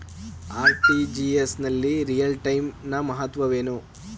RTGS ನಲ್ಲಿ real time ನ ಮಹತ್ವವೇನು?